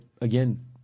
again